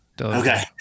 Okay